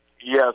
Yes